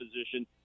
position